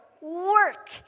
work